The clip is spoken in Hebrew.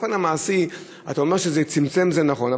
באופן מעשי אתה אומר שזה צמצם, וזה נכון.